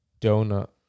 donut